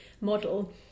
model